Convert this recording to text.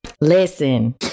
Listen